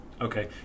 Okay